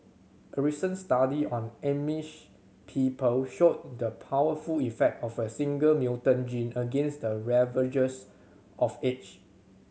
a recent study on Amish people showed the powerful effect of a single mutant gene against the ravages of age